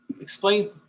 Explain